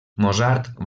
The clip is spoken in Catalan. mozart